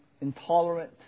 intolerant